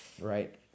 right